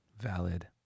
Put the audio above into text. Valid